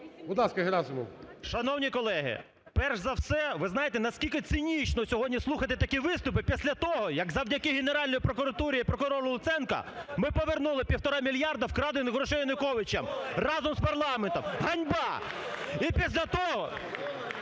ви знаєте, наскільки цинічно сьогодні слухати такі виступи після того, як завдяки Генеральній прокуратурі і прокурору Луценко ми повернули півтора мільярда вкрадених грошей Януковича разом з парламентом. (Шум у залі) Ганьба! І після того…